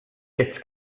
its